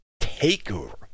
takeover